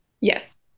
Yes